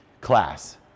class